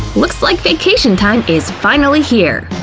looks like vacation time is finally here!